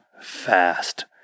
fast